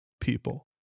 people